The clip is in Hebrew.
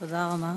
תודה רבה.